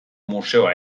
museoa